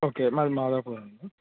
okay మాది మాదాపూర్